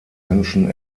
menschen